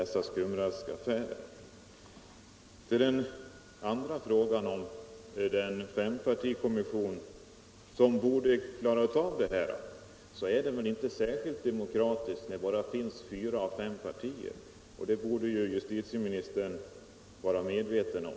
Så till mitt önskemål om att en fempartikommission borde få klara ut detta. Det är väl inte särskilt demokratiskt att representanter för bara fyra av de fem riksdagspartierna nu har en sådan insyn. Det borde justitieministern vara medveten om.